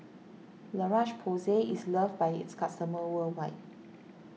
La Roche Porsay is loved by its customers worldwide